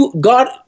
God